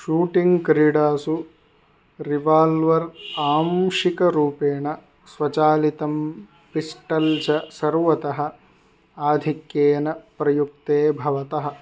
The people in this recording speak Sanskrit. शूटिङ्ग् क्रीडासु रिवाल्वर् आंशिकरूपेण स्वचालितं पिस्टल् च सर्वतः आधिक्येन प्रयुक्ते भवतः